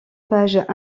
page